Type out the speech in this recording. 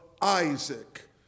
Isaac